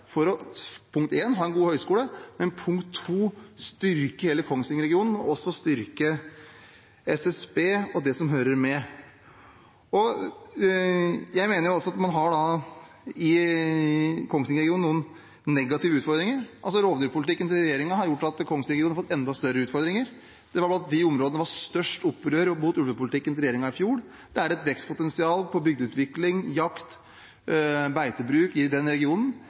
hele Kongsvinger-regionen, styrke SSB og det som hører med? Jeg mener også at man i Kongsvinger-regionen har noen negative utfordringer. Rovdyrpolitikken til regjeringen har gjort at Kongsvinger-regionen har fått enda større utfordringer. Det var blant områdene der det var størst opprør mot ulvepolitikken til regjeringen i fjor. Det er et vekstpotensial for bygdeutvikling, jakt og beitebruk i den regionen.